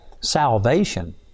salvation